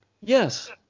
yes